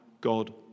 God